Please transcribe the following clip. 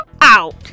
out